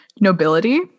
nobility